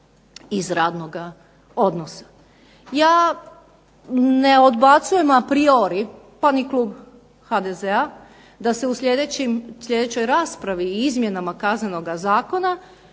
iz radnoga odnosa. Ja ne odbacujem a priori, pa ni klub HDZ-a da se u sljedećoj raspravi i izmjenama Kaznenoga zakona